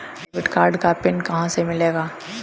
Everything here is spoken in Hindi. डेबिट कार्ड का पिन कहां से मिलेगा?